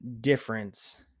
difference